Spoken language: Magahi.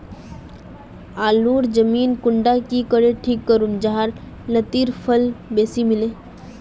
आलूर जमीन कुंडा की करे ठीक करूम जाहा लात्तिर फल बेसी मिले?